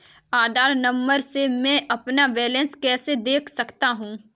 आधार number से मैं अपना बैलेंस कैसे देख सकता हूँ?